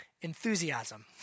Enthusiasm